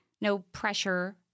no-pressure